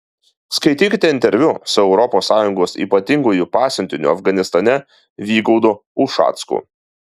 skaitykite interviu su europos sąjungos ypatinguoju pasiuntiniu afganistane vygaudu ušacku